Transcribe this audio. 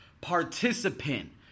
participant